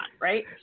right